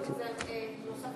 לא תהיה.